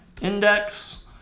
index